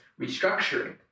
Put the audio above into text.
restructuring